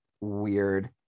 weird